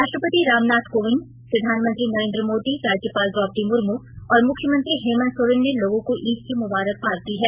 राष्ट्रपति रामनाथ कोविंद प्रधानमंत्री नरेन्द्र मोदी राज्यपाल द्रौपदी मुर्मू और मुख्यमंत्री हेमंत सोरेन ने लोगों को ईद की मुबारकबाद दी है